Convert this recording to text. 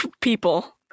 people